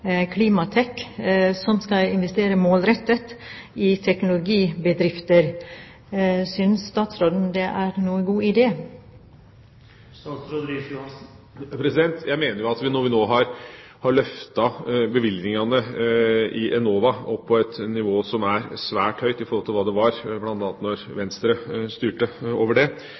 Klimatek, som skal investere målrettet i teknologibedrifter. Synes statsråden det er noen god idé? Jeg mener at når vi nå har løftet bevilgningene i Enova opp på et nivå som er svært høyt i forhold til hva det var bl.a. da Venstre styrte over det,